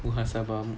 muhasabah